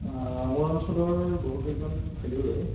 মোৰ অঞ্চলৰ বহুকেইজন খেলুৱৈয়ে